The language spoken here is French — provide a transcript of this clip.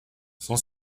son